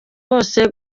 bose